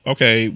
Okay